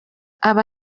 aba